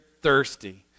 thirsty